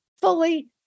fully